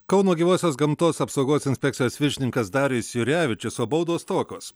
kauno gyvosios gamtos apsaugos inspekcijos viršininkas darius jurevičius o baudos tokios